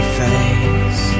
face